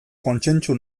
kontsentsu